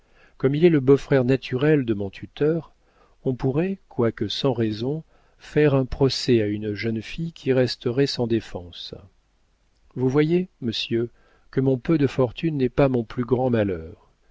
comme il est le beau-frère naturel de mon tuteur on pourrait quoique sans raison faire un procès à une jeune fille qui resterait sans défense vous voyez monsieur que mon peu de fortune n'est pas mon plus grand malheur